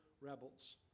rebels